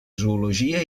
zoologia